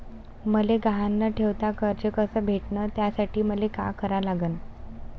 मले गहान न ठेवता कर्ज कस भेटन त्यासाठी मले का करा लागन?